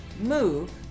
move